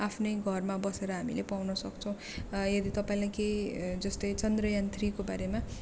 आफ्नै घरमा बसेर हामीले पाउन सक्छौँ यदि तपाईँलाई केही जस्तै चन्द्रयान थ्रीको बारेमा